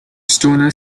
stoner